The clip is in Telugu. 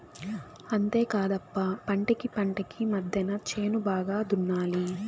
అంతేకాదప్ప పంటకీ పంటకీ మద్దెన చేను బాగా దున్నాలి